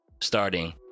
starting